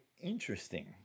interesting